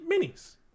minis